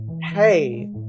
hey